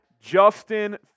Justin